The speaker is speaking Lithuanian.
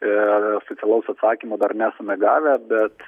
ir oficialaus atsakymo dar nesame gavę bet